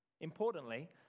Importantly